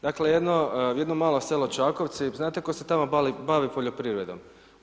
Dakle, jedno malo selo Čakovci, znate tko se tamo bavi poljoprivredom?